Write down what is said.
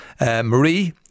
Marie